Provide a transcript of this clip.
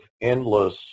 endless